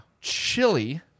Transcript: Chili